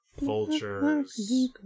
vultures